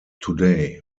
today